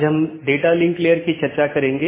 आज हम BGP पर चर्चा करेंगे